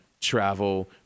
travel